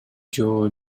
жөө